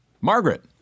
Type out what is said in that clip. Margaret